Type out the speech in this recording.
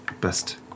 best